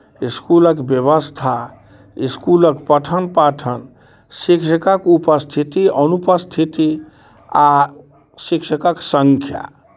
इसकुलक व्यवस्था इसकुलक पठन पाठन शिक्षकक उपस्थिति अनुपस्थिति आ शिक्षकक संख्या